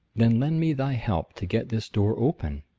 then lend me thy help to get this door open.